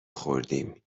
خوردیم